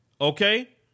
Okay